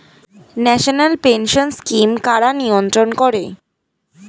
National pension scheme কারা নিয়ন্ত্রণ করে?